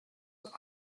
that